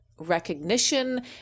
recognition